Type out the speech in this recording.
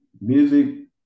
music